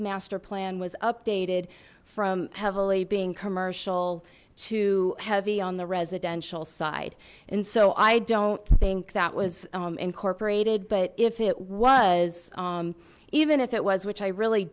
master plan was updated from heavily being commercial to heavy on the residential side and so i don't think that was incorporated but if it was even if it was which i really